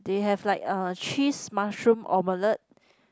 they have like err cheese mushroom omelette